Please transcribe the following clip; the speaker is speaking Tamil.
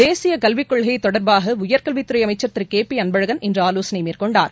தேசிய கல்விக் கொள்கை தொடர்பாக உயர்கல்வித்துறை அமைச்சர் திரு கே பி அன்பழகன் இன்று ஆலோசனை மேற்கொண்டார்